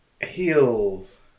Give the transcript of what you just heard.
heels